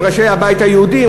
עם ראשי הבית היהודי,